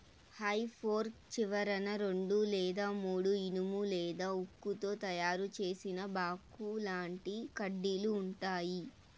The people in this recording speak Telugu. హె ఫోర్క్ చివరన రెండు లేదా మూడు ఇనుము లేదా ఉక్కుతో తయారు చేసిన బాకుల్లాంటి కడ్డీలు ఉంటాయి